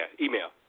email